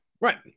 Right